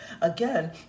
Again